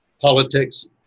politics